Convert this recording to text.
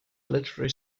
literary